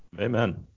Amen